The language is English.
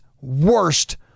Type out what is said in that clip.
worst